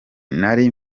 nari